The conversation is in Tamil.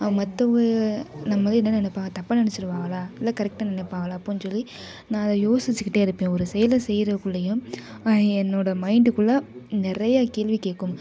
மத்தவுங்க நம்மளை என்ன நெனப்பாங்க தப்பாக நெனச்சுருவாங்களா இல்லை கரெக்டாக நெனைப்பாங்களா அப்போதுன்னு சொல்லி நான் அதை யோசிச்சுக்கிட்டே இருப்பேன் ஒரு செயலை செய்றதுக்குள்ளையும் என்னோடய மைண்ட்டுக்குள்ளே நிறைய கேள்வி கேட்கும்